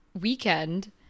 weekend